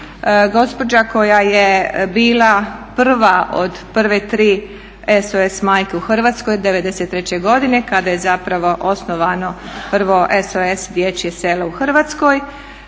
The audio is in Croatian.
gospođa koja je bila prva od prve tri SOS majke u Hrvatskoj '93.godine kada je osnovano prvo SOS dječje selo u Hrvatskoj